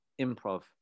improv